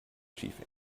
chief